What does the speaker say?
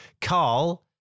Carl